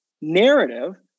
narrative